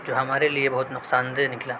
جو ہمارے لیے بہت نقصان دہ نکلا